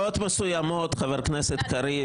חבר הכנסת קריב,